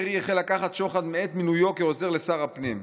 "דרעי החל לקחת שוחד מעת מינויו כעוזר לשר הפנים,